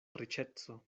riĉeco